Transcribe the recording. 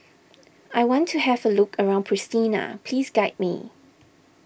I want to have a look around Pristina please guide me